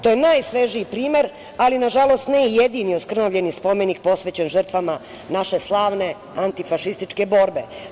To je najsvežiji primer, ali nažalost, nije jedini oskrnavljeni spomenik posvećen žrtvama naše slavne antifašističke borbe.